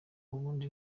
ubundi